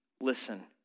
listen